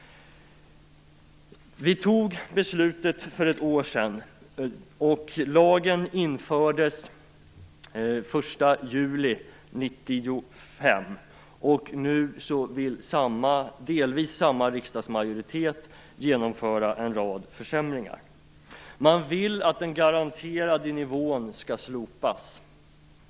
Vi fattade beslutet för ett år sedan. Lagen infördes den 1 juli 1995. Nu vill delvis samma riksdagsmajoritet genomföra en rad försämringar. Man vill att den garanterade nivån skall slopas.